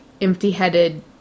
empty-headed